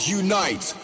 unite